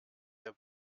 der